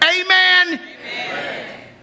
Amen